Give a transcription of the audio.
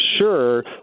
Sure